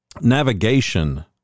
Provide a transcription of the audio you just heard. navigation